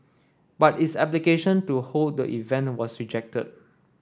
but its application to hold the event was rejected